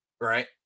Right